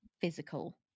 physical